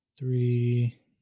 Three